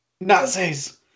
Nazis